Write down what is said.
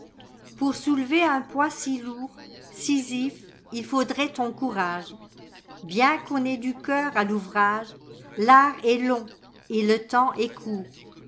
pour soulever un poids si lourd sisyphe il faudrait ton courage ibien qu'on ait du cœur à l'ouvrage l'art est long et le temps est court